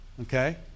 Okay